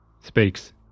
speaks